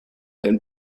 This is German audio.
ein